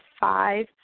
five